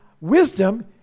Wisdom